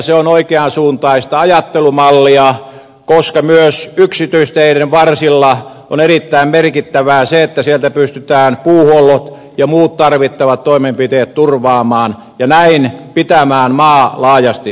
se on oikeansuuntaista ajattelumallia koska myös yksityisteiden varsilla on erittäin merkittävää se että siellä pystytään puuhuollot ja muut tarvittavat toimenpiteet turvaamaan ja näin pitämään maa laajasti asuttuna